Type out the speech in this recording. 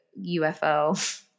UFO